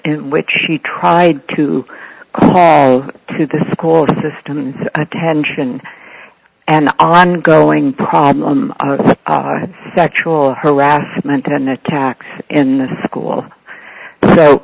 in which he tried to call to the school systems attention and ongoing problem sexual harassment and attacks in the school so